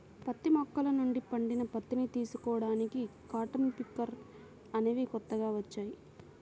పత్తి మొక్కల నుండి పండిన పత్తిని తీసుకోడానికి కాటన్ పికర్ అనేవి కొత్తగా వచ్చాయి